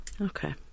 Okay